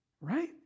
right